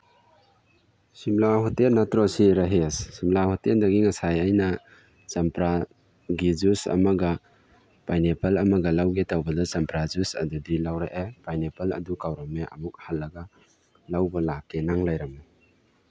Shimla hotel ꯅꯠꯇ꯭ꯔꯣ ꯁꯤ ꯔꯥꯍꯤꯁ ꯁꯤꯝꯂꯥ ꯍꯣꯇꯦꯜꯗꯒꯤ ꯉꯁꯥꯏ ꯑꯩꯅ ꯆꯝꯄ꯭ꯔꯥꯒꯤ ꯖꯨꯏꯁ ꯑꯃꯒ ꯄꯥꯏꯅꯦꯄꯜ ꯑꯃꯒ ꯂꯧꯒꯦ ꯇꯧꯕꯗ ꯆꯝꯄ꯭ꯔꯥ ꯖꯨꯏꯁ ꯑꯗꯨꯗꯤ ꯂꯧꯔꯛꯑꯦ ꯄꯥꯏꯅꯦꯄꯜ ꯑꯗꯨ ꯀꯥꯎꯔꯝꯃꯦ ꯑꯃꯨꯛ ꯍꯜꯂꯒ ꯂꯧꯕ ꯂꯥꯛꯀꯦ ꯅꯪ ꯂꯩꯔꯝꯃꯨ